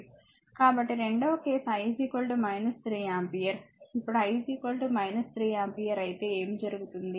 కాబట్టి రెండవ case I 3 ampere ఇప్పుడు I 3 ఆంపియర్ అయితే ఏమి జరుగుతుంది